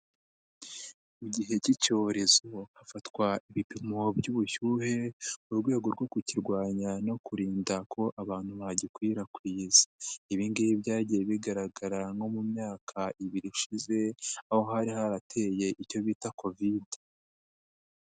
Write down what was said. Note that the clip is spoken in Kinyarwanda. Mu gihe k'icyorezo hafatwa ibipimo by'ubushyuhe mu rwego rwo kukirwanya no kurinda ko abantu bagikwirakwiza, ibi ngibi byagiye bigaragara nko mu myaka ibiri ishize aho hari harateye icyo bita Kovide.